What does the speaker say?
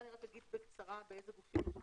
אני אגיד בקצרה לפרוטוקול באיזה גופים מדובר: